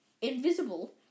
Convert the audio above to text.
invisible